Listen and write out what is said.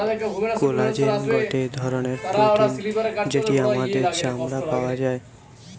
collagen গটে ধরণের protein যেটি আমাদের চামড়ায় পাওয়া যায়